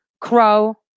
crow